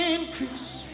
Increase